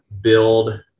build